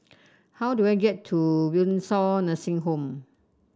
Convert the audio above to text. how do I get to Windsor Nursing Home